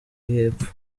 y’epfo